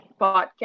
podcast